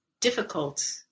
difficult